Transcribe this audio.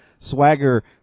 Swagger